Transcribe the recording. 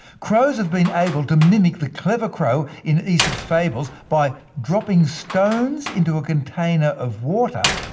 crows have been able to mimic the clever crow in aesop's fables by dropping stones into a container of water,